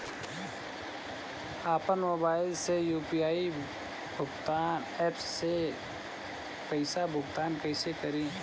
आपन मोबाइल से यू.पी.आई भुगतान ऐपसे पईसा भुगतान कइसे करि?